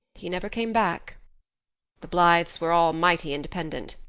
he never came back the blythes were all mighty independent.